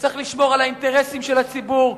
צריך לשמור על האינטרסים של הציבור.